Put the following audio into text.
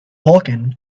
vulkan